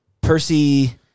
Percy